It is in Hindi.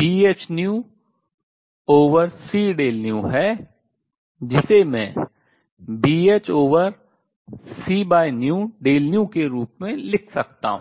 Bhνc है जिसे मैं Bhc के रूप में लिख सकता हूँ